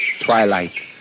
Twilight